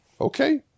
Okay